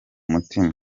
mutima